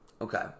Okay